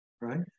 Right